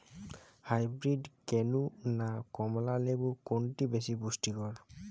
Hybrid কেনু না কমলা লেবু কোনটি বেশি পুষ্টিকর?